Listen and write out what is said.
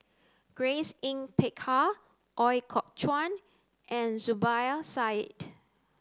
Grace Yin Peck Ha Ooi Kok Chuen and Zubir Said